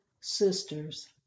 sisters